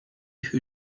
who